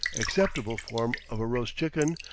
acceptable form of a roast chicken,